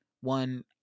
one